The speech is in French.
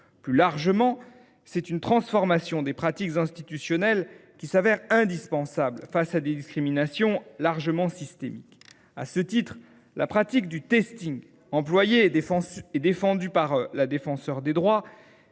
Plus largement, c’est une transformation des pratiques institutionnelles qui apparaît indispensable face à des discriminations largement systémiques. À ce titre, la pratique du employée et défendue par la Défenseure des droits,